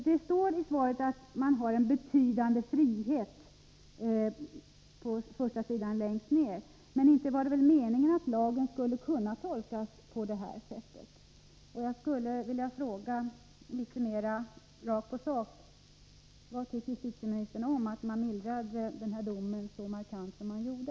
Det står i svaret att domstolarna har en betydande frihet, men inte var det väl meningen att lagen skulle kunna tolkas på det här sättet. Jag skulle vilja fråga litet mera rakt på sak: Vad tycker justitieministern om att man mildrade den här domen så markant som man gjorde?